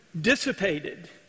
dissipated